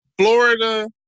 Florida